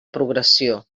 progressió